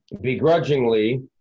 begrudgingly